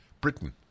Britain